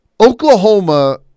Oklahoma